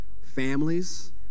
families